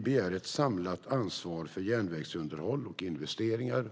begärde ett samlat ansvar för järnvägsunderhåll och investeringar.